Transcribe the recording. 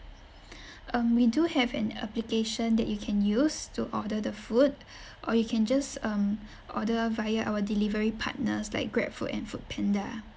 um we do have an application that you can use to order the food or you can just um order via our delivery partners like GrabFood and FoodPanda